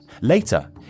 Later